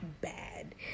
bad